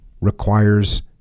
requires